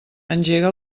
engega